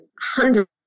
hundreds